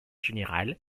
général